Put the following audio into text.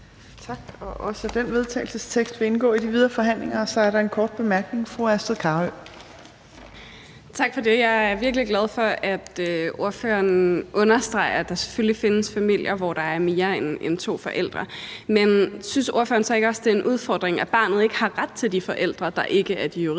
det forslag til vedtagelse vil indgå i de videre forhandlinger. Og så er der en kort bemærkning. Fru Astrid Carøe. Kl. 18:45 Astrid Carøe (SF): Tak for det. Jeg er virkelig glad for, at ordføreren understreger, at der selvfølgelig findes familier, hvor der er mere end to forældre. Men synes ordføreren så ikke også, at det er en udfordring, at barnet ikke har ret til de forældre, der ikke er de juridiske,